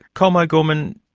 colm o'gorman,